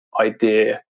idea